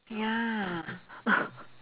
ya